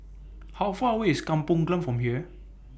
How Far away IS Kampong Glam from here